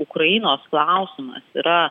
ukrainos klausimas yra